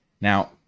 Now